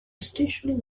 station